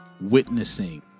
witnessing